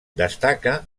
destaca